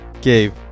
Gabe